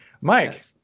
Mike